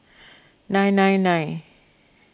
nine nine nine